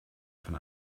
von